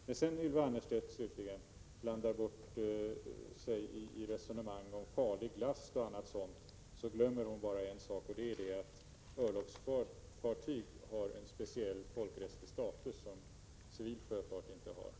Slutligen till Ylva Annerstedt: När hon blandar bort sig i resonemang om farliga laster osv. glömmer hon att örlogsfartyg har en speciell folkrättslig status som civil sjöfart inte har.